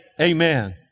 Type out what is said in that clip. Amen